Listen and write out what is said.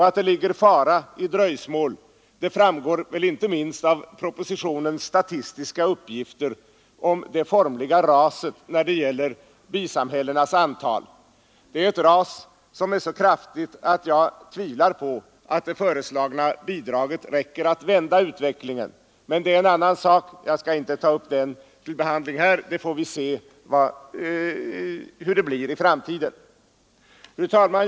Att det ligger fara i dröjsmål framgår inte minst av propositionens statistiska uppgifter om det formliga raset när det gäller bisamhällenas antal. Det är ett ras som är så kraftigt att jag tvivlar på att det föreslagna bidraget räcker till för att vända utvecklingen, men det är en annan sak. Jag skall inte ta upp den frågan till behandling här, utan vi får väl se hur det blir i 173 framtiden. Fru talman!